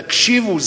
תקשיבו,